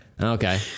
Okay